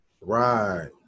Right